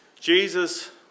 Jesus